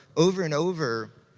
over and over,